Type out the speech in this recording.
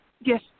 Yes